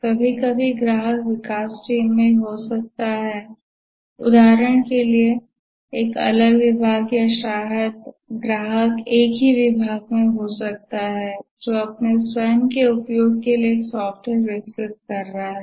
कभी कभी ग्राहक विकास टीम में हो सकता है उदाहरण के लिए एक अलग विभाग या शायद ग्राहक एक ही विभाग हो सकता है जो अपने स्वयं के उपयोग के लिए एक सॉफ्टवेयर विकसित कर रहा है